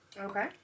Okay